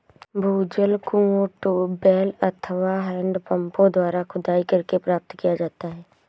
भूजल कुओं, ट्यूबवैल अथवा हैंडपम्पों द्वारा खुदाई करके प्राप्त किया जाता है